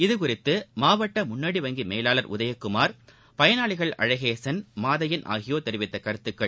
இதுகுறித்துமாவட்டமுன்னோடி வங்கிமேலாளர் உதயகுமார் பயனாளிகள் அழகேசன் மாதையன் ஆகியோர் தெரிவித்தகருத்துக்கள்